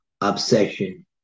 obsession